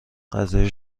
غذای